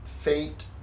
faint